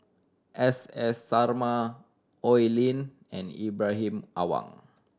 S S Sarma Oi Lin and Ibrahim Awang